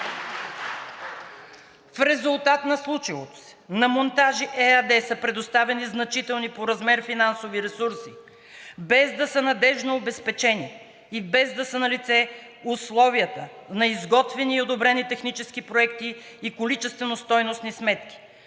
В резултат на случилото се на „Монтажи“ ЕАД са предоставени значителни по размер финансови ресурси, без да са надеждно обезпечени и без да са налице условията на изготвени и одобрени технически проекти и количествено-стойностни сметки